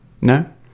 no